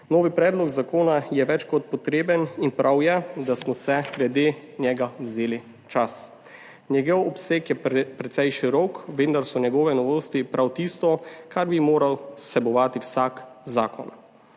Novi predlog zakona je več kot potreben in prav je, da smo si glede njega vzeli čas. Njegov obseg je precej širok, vendar so njegove novosti prav tisto, kar bi moral vsebovati vsak zakon.